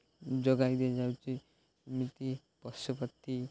ଯୋଗାଇ ଦିଆଯାଉଚି ଏମିତି ପଶୁପକ୍ଷୀ